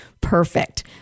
perfect